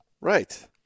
Right